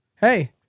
hey